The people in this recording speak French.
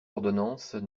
ordonnances